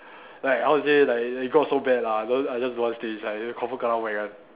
like how to say like it got so bad lah cause I just don't want stay inside confirm kena whack one